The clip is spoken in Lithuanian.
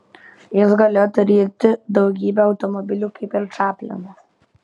jis galėjo turėti daugybę automobilių kaip ir čaplinas